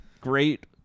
Great